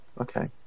Okay